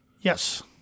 Yes